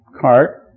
cart